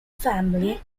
family